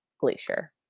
glacier